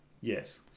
Yes